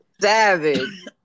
Savage